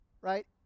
right